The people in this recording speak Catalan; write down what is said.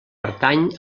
pertany